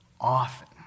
often